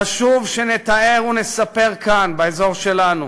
חשוב שנתאר ונספר כאן באזור שלנו